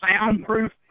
soundproof